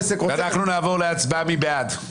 נצביע על הסתייגות 157 מי בעד?